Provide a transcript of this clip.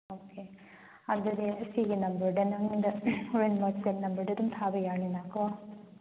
okay ꯑꯗꯨꯗꯤ ꯁꯤꯒꯤ ꯅꯝꯕꯔꯗ ꯅꯪꯉꯣꯟꯗ ꯍꯣꯔꯦꯟ ꯋꯥꯠꯆꯦꯞ ꯅꯝꯕꯔꯗ ꯑꯗꯨꯝ ꯊꯥꯕ ꯌꯥꯔꯅꯤꯅ ꯀꯣ